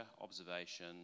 observation